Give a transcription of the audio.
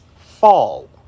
fall